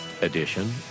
Edition